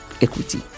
Equity